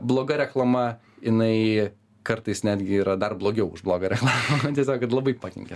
bloga reklama jinai kartais netgi yra dar blogiau už blogą reklamą nu tiesiog kad labai pakenkia